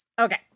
Okay